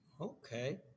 okay